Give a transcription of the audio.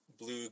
blue